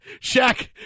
Shaq